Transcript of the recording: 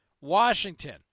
Washington